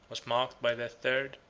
was marked by their third,